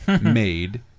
made